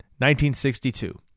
1962